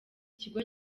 kigo